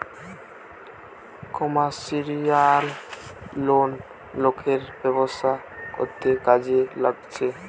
commercial loan লোকের ব্যবসা করতে কাজে লাগছে